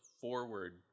forward